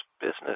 business